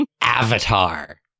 avatar